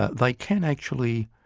ah they can actually